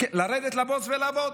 לבוץ ולעבוד.